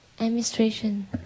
Administration